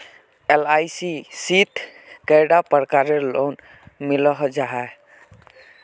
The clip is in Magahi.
एल.आई.सी शित कैडा प्रकारेर लोन मिलोहो जाहा?